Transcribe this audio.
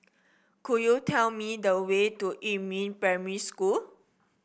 could you tell me the way to Yumin Primary School